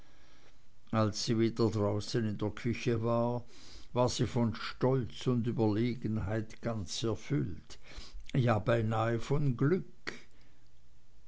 als sie wieder draußen in der küche war war sie von stolz und überlegenheit ganz erfüllt ja beinah von glück